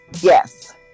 Yes